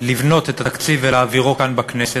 לבנות את התקציב ולהעבירו כאן בכנסת,